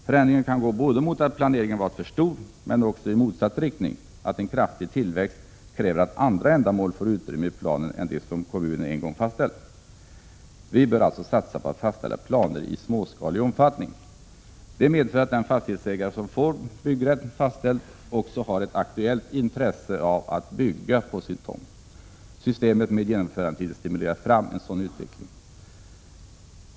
Förändringen kan gå mot att planeringen omfattat för mycket, men också i motsatt riktning — att en kraftig tillväxt kräver att andra ändamål får utrymme i planen än de som kommunen en gång fastställt. Vi bör alltså satsa på att fastställa planer i småskalig omfattning. Det medför att den fastighetsägare som får byggrätt fastställd också har ett aktuellt intresse av att bygga på sin tomt. Systemet med genomförandetider stimulerar fram en sådan utveckling.